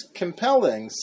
compelling